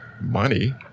money